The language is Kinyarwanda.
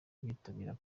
bitabira